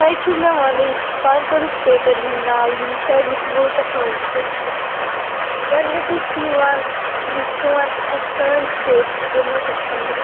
توہہِ چھُو مےٚ وَنٕنۍ پانٛژن سِٹیٹَن ہِنٛدۍ ناو یِم سٲنِس مُلکَس منٛز چھِ گۄڈنِکُے چھِ یِوان یہِ سون اَسہِ سٲنۍ سِٹیٹ چھِ جموں کشمیر